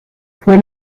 fue